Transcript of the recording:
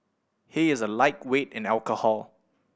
he is a lightweight in alcohol